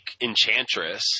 Enchantress